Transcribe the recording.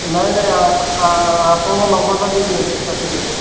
ନାହିଁ ନାହିଁ ଆପଣଙ୍କ ନମ୍ବରଟା ଦେଇ ଦିଅନ୍ତୁ ଡାକି ଦିଅନ୍ତୁ